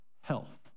health